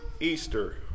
Easter